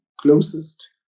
closest